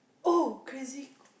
oh crazy